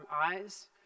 eyes